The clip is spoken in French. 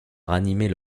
ranimer